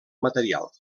material